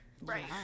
Right